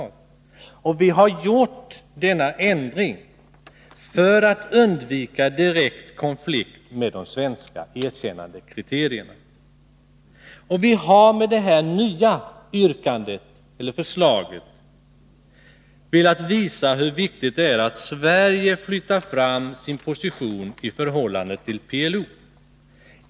Vi har gjort denna ändring för att undvika direkt konflikt med de svenska erkännandekriterierna. Vi har med det nya förslaget velat visa hur viktigt det är att Sverige flyttar fram sin position i förhållande till PLO.